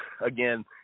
again